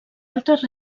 altres